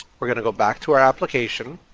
we're going to go back to our application,